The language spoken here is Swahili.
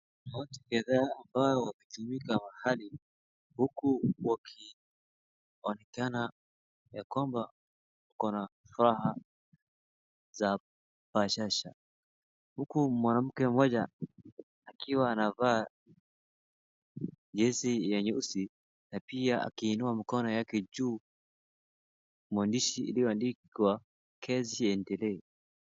Watu kadhaa ambao wamejumuika mahali huku wakionekana ya kwamba wako na furaha za bashasha, huku mwanamke mmoja akiwa anavaa jezi nyeusi na pia akiinua mikono yake juu maandishi iliyoandikwa kesi iendelee.